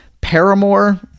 Paramore